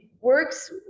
works